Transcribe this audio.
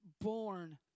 born